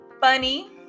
Funny